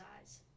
eyes